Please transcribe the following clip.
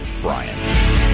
Brian